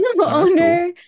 owner